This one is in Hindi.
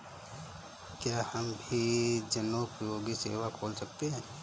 क्या हम भी जनोपयोगी सेवा खोल सकते हैं?